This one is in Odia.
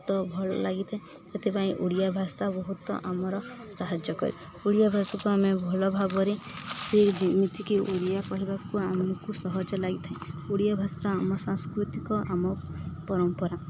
ତ ଭଲ ଲାଗିଥାଏ ସେଥିପାଇଁ ଓଡ଼ିଆ ଭାଷା ବହୁତ ଆମର ସାହାଯ୍ୟ କରେ ଓଡ଼ିଆ ଭାଷାକୁ ଆମେ ଭଲ ଭାବରେ ସେ ଯେମିତିକି ଓଡ଼ିଆ କହିବାକୁ ଆମକୁ ସହଜ ଲାଗିଥାଏ ଓଡ଼ିଆ ଭାଷା ଆମ ସାଂସ୍କୃତିକ ଆମ ପରମ୍ପରା